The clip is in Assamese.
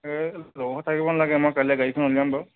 থাকিব নালাগে মই কাইলৈ গাড়ীখন উলিয়াম বাৰু